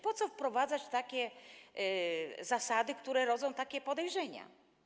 Po co wprowadzać zasady, które rodzą takie podejrzenia?